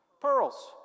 Pearls